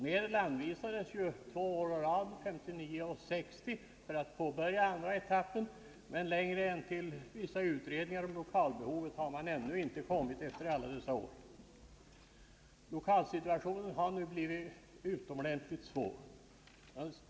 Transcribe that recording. Medel anvisades två år å rad — 1959 och 1960 — för påbörjandet av den andra etappen. Men längre än till vissa utredningar om lokalbehovet har man ännu inte kommit efter alla dessa år. Lokalsituationen har nu blivit utomordentligt svår.